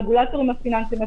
הרגולטורים הפיננסיים,